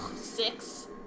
six